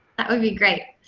that would be great.